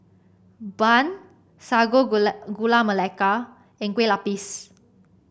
bun sago gula Gula Melaka and Kue Lupis